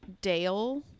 Dale